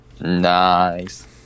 Nice